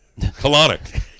colonic